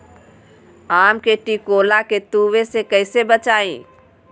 आम के टिकोला के तुवे से कैसे बचाई?